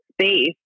space